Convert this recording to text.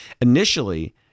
Initially